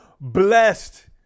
blessed